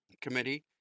committee